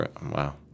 Wow